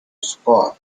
sport